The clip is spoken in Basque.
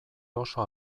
oso